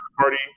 party